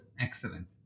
Excellent